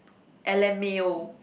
L_M_A_O